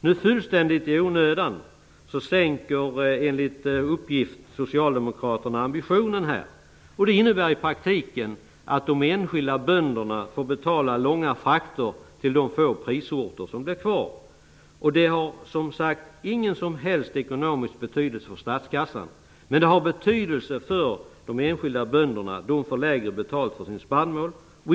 Nu, fullständigt i onödan, sänker Socialdemokraterna enligt uppgift ambitionen här. Det innebär i praktiken att de enskilda bönderna får betala högre kostnader för frakter till de få prisorter som blir kvar. Detta har, som sagt, ingen som helst ekonomisk betydelse för statskassan. Men det har betydelse för de enskilda bönderna, som får sämre betalt för sin spannmål.